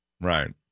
Right